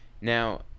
Now